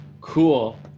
Cool